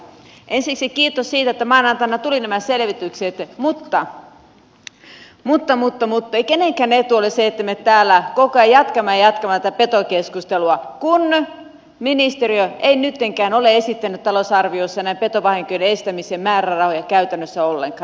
ensiksi kiitos siitä että maanantaina tulivat nämä selvitykset mutta ei kenenkään etu ole se että me täällä koko ajan jatkamme ja jatkamme tätä petokeskustelua kun ministeriö ei nyttenkään ole esittänyt talousarviossaan näiden petovahinkojen estämiseen määrärahoja käytännössä ollenkaan